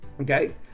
okay